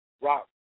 rock